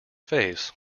face